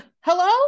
Hello